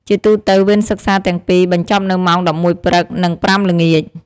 ជាទូទៅវេនសិក្សាទាំងពីរ បញ្ចប់នៅម៉ោង ១១ព្រឹក និង ៥ ល្ងាច។